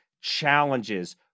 challenges